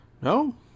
No